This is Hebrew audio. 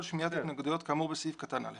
שמיעת התנגדויות כאמור בסעיף קטן (א),